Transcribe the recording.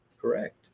Correct